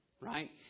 right